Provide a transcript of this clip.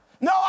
No